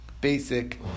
basic